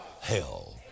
hell